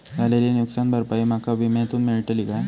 झालेली नुकसान भरपाई माका विम्यातून मेळतली काय?